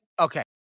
Okay